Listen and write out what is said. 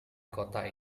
kota